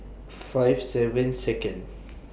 five seven Second